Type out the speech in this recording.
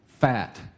fat